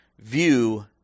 view